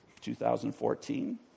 2014